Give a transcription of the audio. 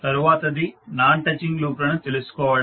తరువాతది non touching loop లను తెలుసుకోవడం